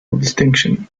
distinction